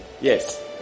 Yes